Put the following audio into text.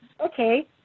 Okay